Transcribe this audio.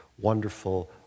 wonderful